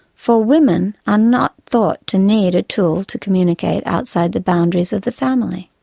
for women are not thought to need a tool to communicate outside the boundaries of the family.